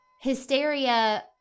hysteria